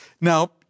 Now